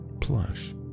plush